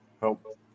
help